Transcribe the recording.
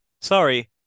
Sorry